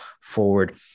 forward